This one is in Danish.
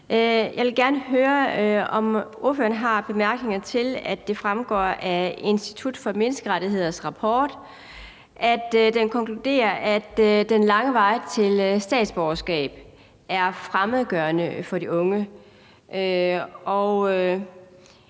Jeg vil gerne høre, om ordføreren har bemærkninger til, at det fremgår af konklusionerne fra Institut for Menneskerettigheders rapport, at den lange vej til statsborgerskab er fremmedgørende for de unge.